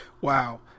wow